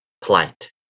plight